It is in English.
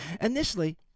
Initially